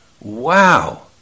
Wow